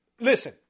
Listen